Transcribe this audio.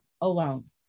alone